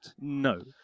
No